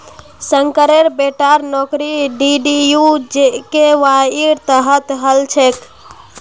शंकरेर बेटार नौकरी डीडीयू जीकेवाईर तहत हल छेक